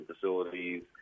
facilities